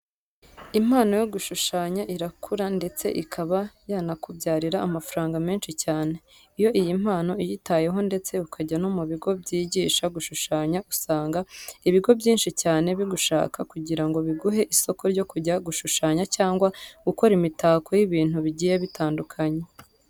Impano yo gushushanya irakura ndetse ikaba yanakubyarira amafaranga menshi cyane. Iyo iyi mpano uyitayeho ndetse ukajya no mu bigo byigisha gushushanya usanga ibigo byinshi cyane bigushaka kugira ngo biguhe isoko ryo kujya gushushanya cyangwa gukora imitako y'ibintu bigiye bitandukanye.